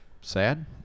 sad